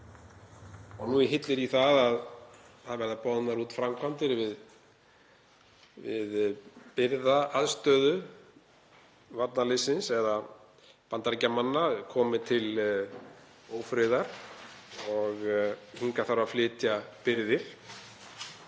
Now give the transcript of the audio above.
og nú hillir í að það verði boðnar út framkvæmdir við birgðaaðstöðu varnarliðsins, þ.e. Bandaríkjamanna, komi til ófriðar og hingað þarf að flytja birgðir.